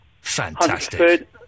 Fantastic